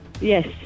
Yes